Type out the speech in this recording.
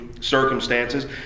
circumstances